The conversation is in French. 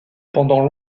pendant